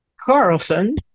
Carlson